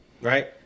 right